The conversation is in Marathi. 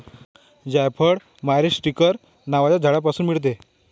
जायफळ मायरीस्टीकर नावाच्या झाडापासून मिळते